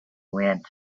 went